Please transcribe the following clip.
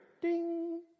Ding